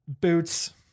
boots